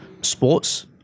sports